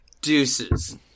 Deuces